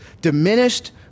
diminished